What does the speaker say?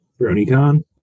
BronyCon